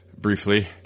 Briefly